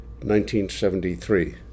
1973